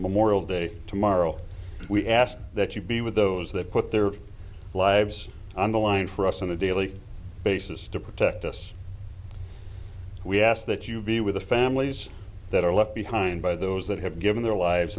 memorial day tomorrow we ask that you be with those that put their lives on the line for us on a daily basis to protect us we ask that you be with the families that are left behind by those that have given their lives